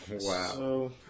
Wow